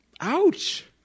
ouch